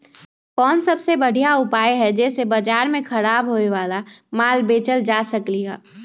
कोन सबसे बढ़िया उपाय हई जे से बाजार में खराब होये वाला माल बेचल जा सकली ह?